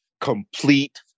complete